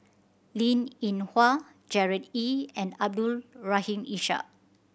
Linn In Hua Gerard Ee and Abdul Rahim Ishak